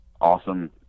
awesome